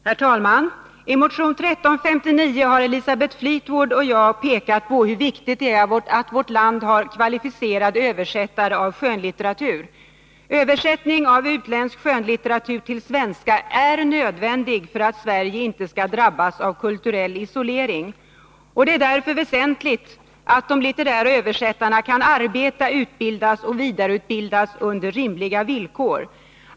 Herr talman! I motion 1359 har Elisabeth Fleetwood och jag pekat på hur viktigt det är att vårt land har kvalificerade översättare av skönlitteratur. Översättning av utländsk skönlitteratur till svenska är nödvändig för att Sverige inte skall drabbas av kulturell isolering. Det är väsentligt att de litterära översättarna kan arbeta, utbildas och vidareutbildas under rimliga villkor.